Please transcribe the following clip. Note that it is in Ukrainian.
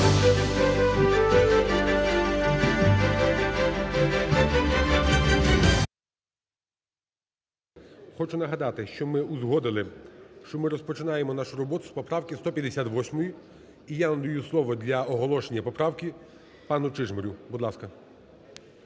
Хочу нагадати, що ми узгодили, що ми розпочинаємо нашу роботу з поправки 158. І я надаю слово для оголошення поправки пану Чижмарю. Будь ласка.